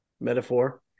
metaphor